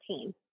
team